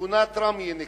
שכונת ראמיה היא נקראת.